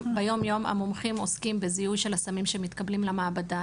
ביומיום המומחים עוסקים בזיהוי של הסמים שמתקבלים למעבדה,